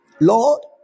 Lord